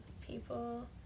people